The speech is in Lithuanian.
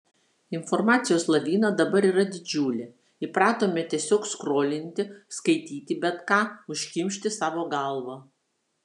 informacijos lavina dabar yra didžiulė įpratome tiesiog skrolinti skaityti bet ką užkimšti savo galvą